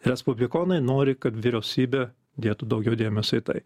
respublikonai nori kad vyriausybė dėtų daugiau dėmesio į tai